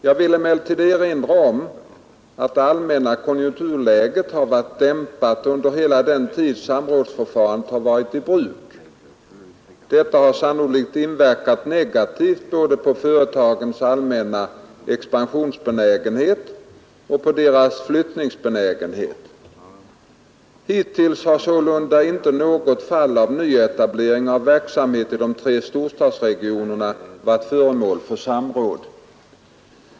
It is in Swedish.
Jag vill emellertid erinra om att det allmänna konjunkturläget har varit dämpat under hela den tid samrådsförfarandet har varit i bruk. Detta har sannolikt inverkat negativt både på företagens allmänna expansionsbenägenhet och på deras flyttningsbenägenhet. Hittills har sålunda inte något fall av nyetablering av verksamhet i de tre storstadsregionerna varit föremål för samråd.